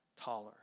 taller